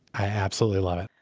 i absolutely love it.